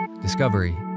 discovery